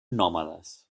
nòmades